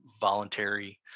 voluntary